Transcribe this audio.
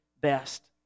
best